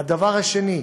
הדבר השני,